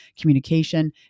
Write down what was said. communication